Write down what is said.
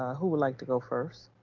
who would like to go first?